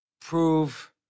Prove